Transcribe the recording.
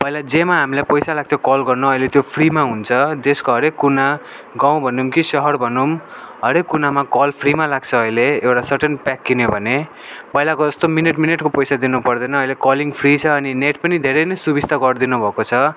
पहिला जसमा हामीलाई पैसा लाग्थ्यो कल गर्न अहिले त्यो फ्रीमा हुन्छ देशका हरेक कुना गाउँ भनौँ कि सहर भनौँ हरेक कुनामा कल फ्रीमा लाग्छ अहिले एउटा सर्टेन प्याक किन्यो भने पहिलाको जस्तो मिनिट मिनिटको पैसा दिनुपर्दैन अहिले कलिङ फ्री छ अनि नेट पनि धेरै नै सुविस्ता गरिदिनुभएको छ